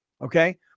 Okay